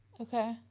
Okay